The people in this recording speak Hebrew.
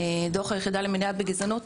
דו"ח היחידה למניעת גזענות,